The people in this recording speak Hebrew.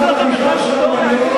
יש לכם בכלל היסטוריה?